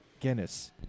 Guinness